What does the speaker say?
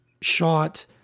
shot